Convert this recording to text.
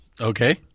Okay